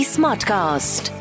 Smartcast